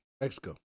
Mexico